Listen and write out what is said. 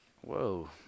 Whoa